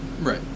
Right